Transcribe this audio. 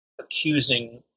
accusing